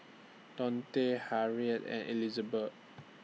Dionte Harriet and Elizabet